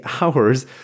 hours